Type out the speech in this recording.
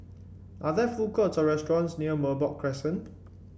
are there food courts or restaurants near Merbok Crescent